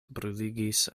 bruligis